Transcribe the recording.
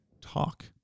talk